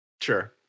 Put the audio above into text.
Sure